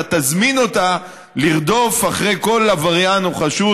אתה תזמין אותה לרדוף אחרי כל עבריין או חשוד,